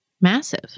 massive